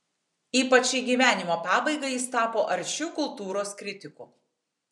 ypač į gyvenimo pabaigą jis tapo aršiu kultūros kritiku